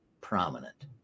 prominent